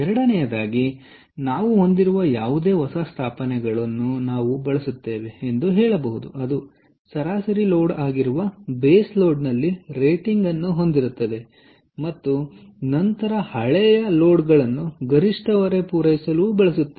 ಎರಡನೆಯದಾಗಿ ನಾವು ಹೊಂದಿರುವ ಯಾವುದೇ ಹೊಸ ಸ್ಥಾಪನೆಗಳನ್ನು ನಾವು ಬಳಸುತ್ತೇವೆ ಎಂದು ಹೇಳಬಹುದು ಅದು ಸರಾಸರಿ ಲೋಡ್ ಆಗಿರುವ ಬೇಸ್ ಲೋಡ್ನಲ್ಲಿರೇಟಿಂಗ್ ಅನ್ನು ಹೊಂದಿರುತ್ತದೆ ಮತ್ತು ನಂತರ ಹಳೆಯ ಲೋಡ್ಗಳನ್ನು ಗರಿಷ್ಠ ಹೊರೆ ಪೂರೈಸಲು ಬಳಸುತ್ತೇವೆ